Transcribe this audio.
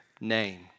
name